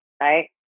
right